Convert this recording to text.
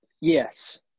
Yes